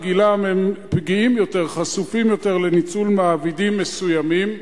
פגיעים יותר, חשופים יותר לניצול מעבידים מסוימים,